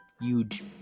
Huge